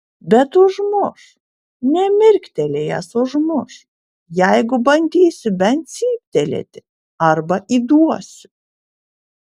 bet užmuš nemirktelėjęs užmuš jeigu bandysiu bent cyptelėti arba įduosiu